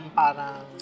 parang